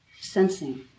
sensing